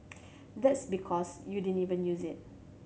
that's because you didn't even use it